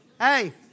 Hey